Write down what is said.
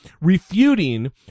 refuting